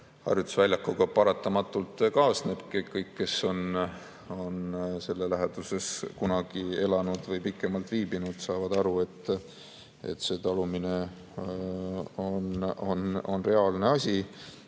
harjutusväljakuga paratamatult kaasneb. Kõik, kes on selle läheduses kunagi elanud või pikemalt viibinud, saavad aru, et see talumine on reaalne asi.